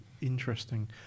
interesting